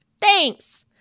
Thanks